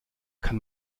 kann